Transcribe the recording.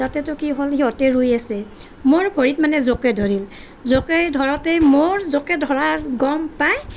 যাওঁতেতো কি হ'ল সিহঁতে ৰুই আছে মোৰ ভৰিত মানে জোকে ধৰিল জোকে ধৰোঁতে মোৰ জোকে ধৰা গম পাই